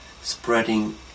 spreading